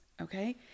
Okay